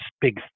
big